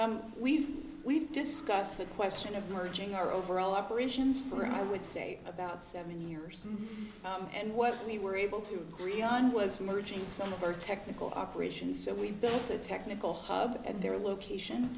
we've we've discussed the question of merging our overall operations for i would say about seven years and what we were able to agree on was merging some of our technical operations so we built a technical hub at their location